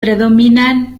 predominan